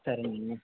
సరేనండి